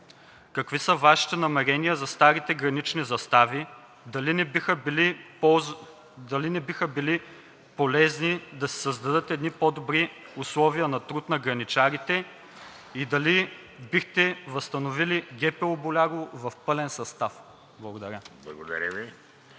какви са Вашите намерения за старите гранични застави; дали не биха били полезни да се създадат едни по-добри условия на труд на граничарите и дали бихте възстановили ГПУ – Болярово, в пълен състав? Благодаря. ПРЕДСЕДАТЕЛ